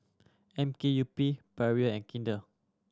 M K U P Perrier and Kinder